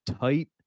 tight